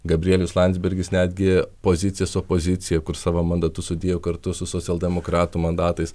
gabrielius landsbergis netgi poziciją su opozicija kurs savo mandatus sudėjo kartu su socialdemokratų mandatais